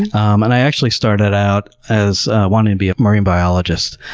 um and i actually started out as wanting to be a marine biologist.